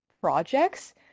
projects